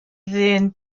ddyn